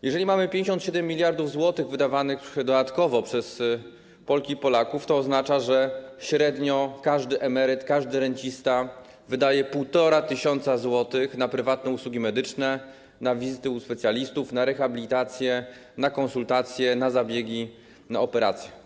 Jeżeli mamy 57 mld zł wydawanych dodatkowo przez Polki i Polaków, to oznacza, że średnio każdy emeryt, każdy rencista wydaje 1,5 tys. zł na prywatne usługi medyczne, na wizyty u specjalistów, na rehabilitacje, na konsultacje, na zabiegi, na operacje.